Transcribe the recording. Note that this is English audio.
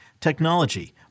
technology